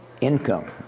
income